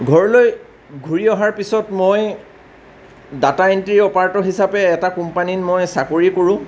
ঘৰলৈ ঘূৰি অহাৰ পিছত মই ডাটা এনট্ৰি অপাৰেটৰ হিচাপে এটা কোম্পানীত মই চাকৰি কৰোঁ